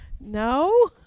No